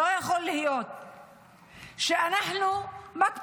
לא יכול להיות שאנחנו מקפיאים